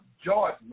George